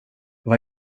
vad